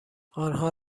آنها